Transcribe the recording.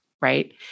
right